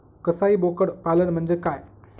कसाई बोकड पालन म्हणजे काय?